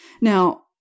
Now